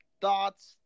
thoughts